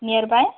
near by